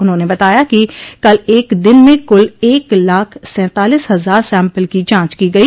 उन्होंने बताया कि कल एक दिन में कुल एक लाख सैंतालीस हजार सैम्पल की जांच की गई